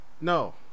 no